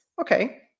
Okay